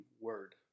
Word